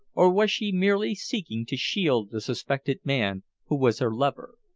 or was she merely seeking to shield the suspected man who was her lover?